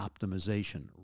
optimization